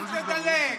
אל תדלג.